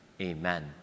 Amen